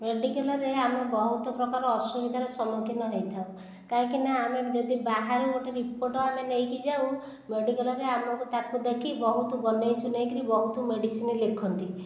ମେଡିକାଲରେ ଆମେ ବହୁତ ପ୍ରକାର ଅସୁଵିଧାର ସମ୍ମୁଖୀନ ହୋଇଥାଉ କାହିଁକିନା ଆମେ ଯଦି ବାହାରୁ ଗୋଟିଏ ରିପୋର୍ଟ ଆମେ ନେଇକି ଯାଉ ମେଡିକାଲରେ ଆମକୁ ତାକୁ ଦେଖି ବହୁତ ବନେଇଚୁନେଇକରି ବହୁତ ମେଡିସିନ ଲେଖନ୍ତି